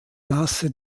masse